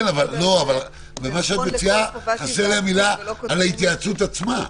אבל במה שאת מציעה חסרה המילה על ההתייעצות עצמה.